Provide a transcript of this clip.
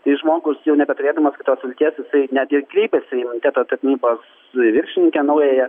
tai žmogus jau nebeturėdamas kitos vilties jisai net ir kreipėsi į imuniteto tarnybos viršininkę naująją